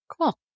Cool